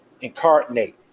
incarnate